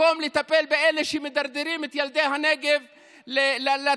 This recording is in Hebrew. במקום לטפל באלה שמדרדרים את ילדי הנגב לתהום,